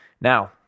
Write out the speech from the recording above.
Now